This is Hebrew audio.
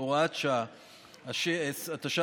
בהתאם